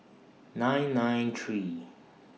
nine nine three